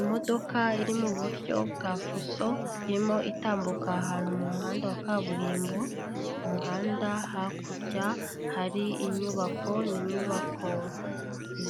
Imodoka iri mu buryo bwa fuso irimo itambuka ahantu mu muhanda wa kaburimbo, umuhanda hakurya hari inyubako, ni inyubako